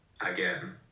again